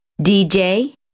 DJ